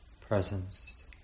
presence